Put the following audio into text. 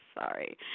sorry